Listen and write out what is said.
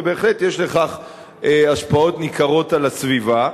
בהחלט יש לכך השפעות ניכרות על הסביבה.